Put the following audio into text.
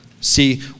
See